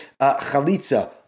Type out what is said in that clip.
chalitza